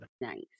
nice